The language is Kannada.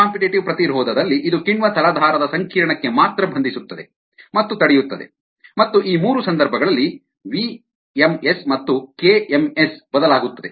ಅನ್ ಕಾಂಪಿಟೇಟಿವ್ ಪ್ರತಿರೋಧದಲ್ಲಿ ಇದು ಕಿಣ್ವ ತಲಾಧಾರದ ಸಂಕೀರ್ಣಕ್ಕೆ ಮಾತ್ರ ಬಂಧಿಸುತ್ತದೆ ಮತ್ತು ತಡೆಯುತ್ತದೆ ಮತ್ತು ಈ ಮೂರು ಸಂದರ್ಭಗಳಲ್ಲಿ v ms ಮತ್ತು k ms ಬದಲಾಗುತ್ತದೆ